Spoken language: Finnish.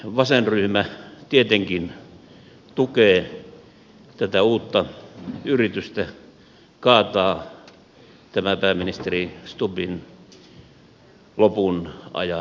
vasenryhmä tietenkin tukee tätä uutta yritystä kaataa tämä pääministeri stubbin lopun ajan hallitus